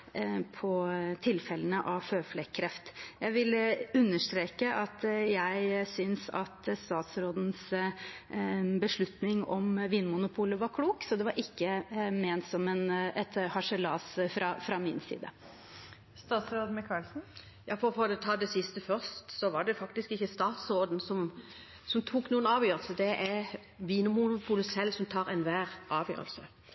på tilfellene av føflekkreft. Jeg vil understreke at jeg synes statsrådens beslutning om Vinmonopolet var klok, så det var ikke ment som harselas fra min side. For å ta det siste først: Det var faktisk ikke statsråden som tok noen avgjørelse, det er